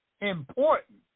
important